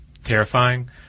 Terrifying